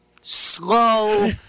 slow